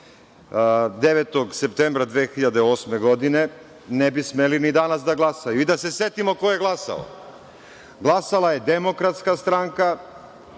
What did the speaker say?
9. septembra 2008. godine, ne bi smeli ni danas da glasaju. Da se setimo ko je glasao, glasala je DS, glasala je stranka